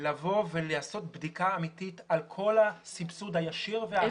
לבוא ולעשות בדיקה אמיתית על כל הסבסוד הישיר והעקיף.